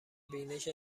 بینش